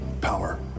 power